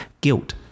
Guilt